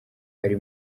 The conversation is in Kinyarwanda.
ari